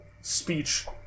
speech